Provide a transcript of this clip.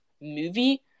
movie